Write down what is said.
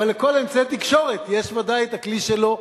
אבל לכל אמצעי תקשורת יש בוודאי הכלי שלו.